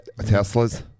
Teslas